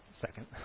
second